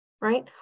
right